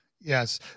Yes